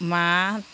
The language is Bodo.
मारै